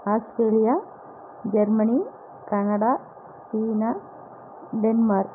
Australia Germany Canada China Denmark